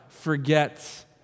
forget